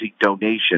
donation